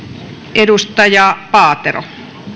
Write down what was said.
edustaja paatero